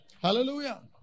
Hallelujah